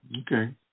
Okay